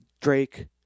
Drake